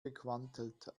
gequantelt